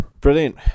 Brilliant